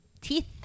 teeth